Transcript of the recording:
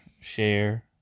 share